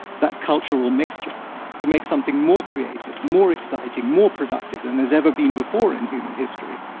that cultural mixture to make something more creative, more exciting, more productive than there's ever been before in human history,